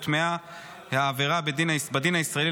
הוטמעה העבירה בדין הישראלי,